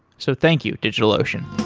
so thank you, digitalocean